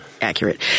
accurate